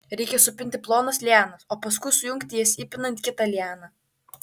reikia supinti plonas lianas o paskui sujungti jas įpinant kitą lianą